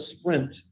sprint